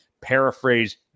paraphrase